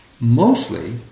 Mostly